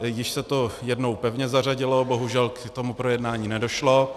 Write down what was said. Již se to jednou pevně zařadilo, bohužel k projednání nedošlo.